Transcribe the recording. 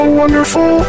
wonderful